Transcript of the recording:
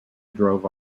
drove